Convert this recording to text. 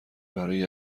برای